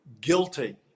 guilty